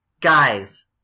Guys